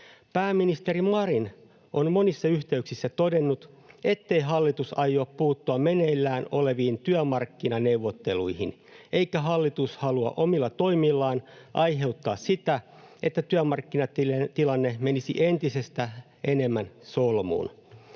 Pääministeri Marin on monissa yhteyksissä todennut, ettei hallitus aio puuttua meneillään oleviin työmarkkinaneuvotteluihin eikä hallitus halua omilla toimillaan aiheuttaa sitä, että työmarkkinatilanne menisi entistä enemmän solmuun.